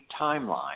timeline